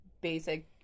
basic